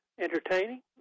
entertaining